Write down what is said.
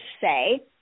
say